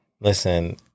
Listen